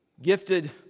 Gifted